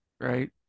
right